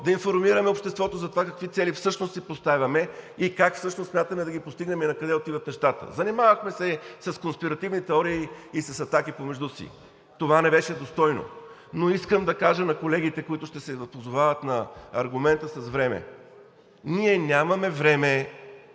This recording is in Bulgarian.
да информираме обществото за това какви цели всъщност си поставяме, как всъщност смятаме да ги постигнем и накъде отиват нещата. Занимавахме се с конспиративни теории и с атаки помежду си – това не беше достойно. Но искам да кажа на колегите, които ще се позовават на аргумента с време. Ние нямаме време